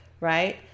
Right